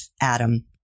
Adam